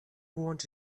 want